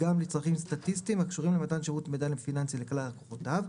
גם לצרכים סטטיסטיים הקשורים למתן שירות מידע פיננסי לכלל לקוחותיו,